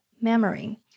memory